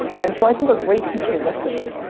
and so i think a great teacher listens.